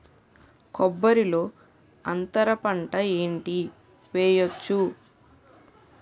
కొబ్బరి లో అంతరపంట ఏంటి వెయ్యొచ్చు?